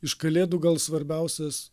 iš kalėdų gal svarbiausias